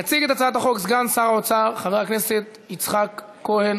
יציג את הצעת החוק סגן שר האוצר חבר הכנסת יצחק כהן.